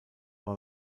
war